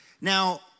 Now